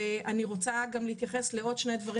אני רוצה גם להתייחס לעוד שני דברים